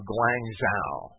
Guangzhou